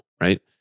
right